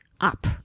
up